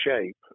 shape